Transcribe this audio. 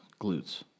glutes